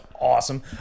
awesome